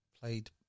played